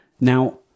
now